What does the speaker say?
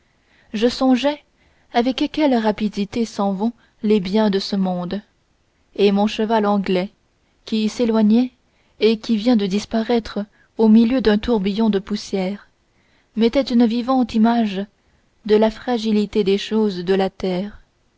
je songeais avec quelle rapidité s'en vont les biens de ce monde et mon cheval anglais qui s'éloignait et qui vient de disparaître au milieu d'un tourbillon de poussière m'était une vivante image de la fragilité des choses de la terre